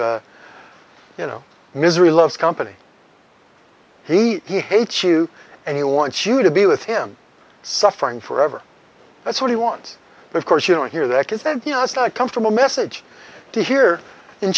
goes you know misery loves company he hates you and he wants you to be with him suffering forever that's what he wants of course you don't hear that because then you know it's not comfortable message to hear in